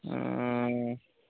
ᱚᱸᱻ